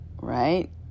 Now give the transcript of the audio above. right